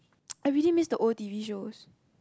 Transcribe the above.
I really miss the old T_V shows